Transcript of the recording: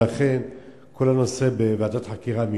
ולכן כל הנושא בוועדת חקירה,